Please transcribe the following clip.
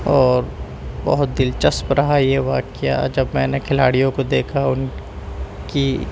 اور بہت دلچسپ رہا یہ واقعہ جب میں نے کھلاڑیوں کو دیکھا ان کی